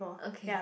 okay